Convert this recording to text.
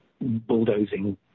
Bulldozing